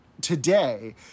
today